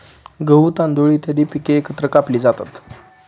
गहू, तांदूळ इत्यादी पिके एकत्र कापली जातात